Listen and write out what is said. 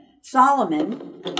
Solomon